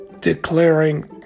declaring